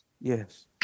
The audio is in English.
Yes